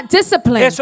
discipline